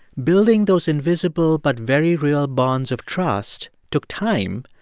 building those invisible but very real bonds of trust took time,